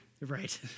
Right